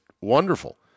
wonderful